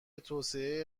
توسعه